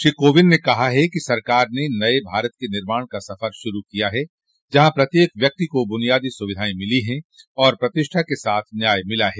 श्री कोविंद ने कहा है कि सरकार ने नए भारत के निर्माण का सफर शरू किया है जहा प्रत्येक व्यक्ति को बुनियादी सुविधाए मिली है आर प्रतिष्ठा के साथ न्याय मिला है